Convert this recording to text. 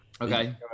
Okay